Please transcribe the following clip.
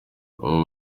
uko